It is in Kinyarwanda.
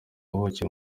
buki